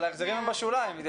אבל ההחזרים הם בשוליים.